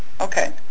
Okay